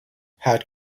had